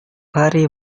hari